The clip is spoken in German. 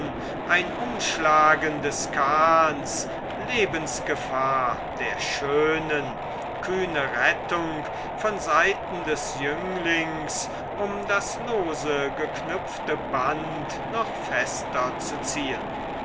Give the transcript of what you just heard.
ein umschlagen des kahns lebensgefahr der schönen kühne rettung von seiten des jünglings um das lose geknüpfte band noch fester zu ziehen